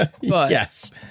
Yes